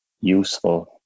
useful